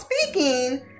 speaking